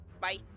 bye